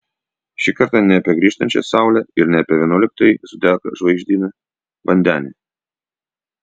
šį kartą ne apie grįžtančią saulę ir ne apie vienuoliktąjį zodiako žvaigždyną vandenį